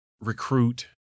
Recruit